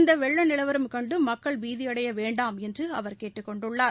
இந்த வெள்ள நிலவரம் கண்டு மக்கள் பீதியடைய வேண்டாம் என்று அவர் கேட்டுக் கொண்டுள்ளார்